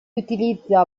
utilizza